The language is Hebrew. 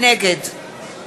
נגד